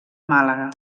màlaga